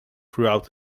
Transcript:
throughout